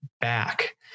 back